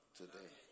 today